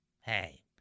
hey